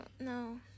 no